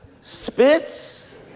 spits